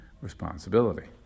responsibility